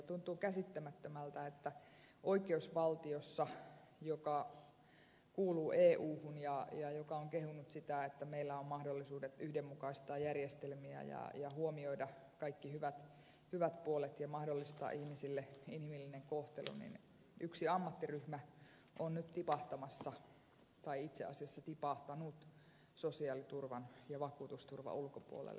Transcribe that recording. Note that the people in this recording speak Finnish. tuntuu käsittämättömältä että oikeusvaltiossa joka kuuluu euhun ja joka on kehunut sitä että meillä on mahdollisuudet yhdenmukaistaa järjestelmiä ja huomioida kaikki hyvät puolet ja mahdollistaa ihmisille inhimillinen kohtelu yksi ammattiryhmä on nyt tipahtamassa tai itse asiassa tipahtanut sosiaaliturvan ja vakuutusturvan ulkopuolelle